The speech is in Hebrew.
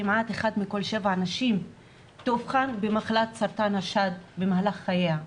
כמעט אחת מכל שבע נשים תאובחן בסרטן השד במהלך חייה.